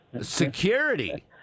security